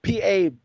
PA